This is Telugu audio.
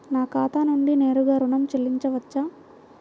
నా ఖాతా నుండి నేరుగా ఋణం చెల్లించవచ్చా?